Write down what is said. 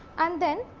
and then,